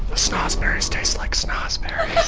snozberries taste like snozberries